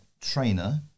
trainer